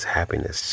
happiness